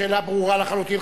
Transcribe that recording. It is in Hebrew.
השאלה ברורה לחלוטין.